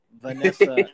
Vanessa